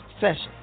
session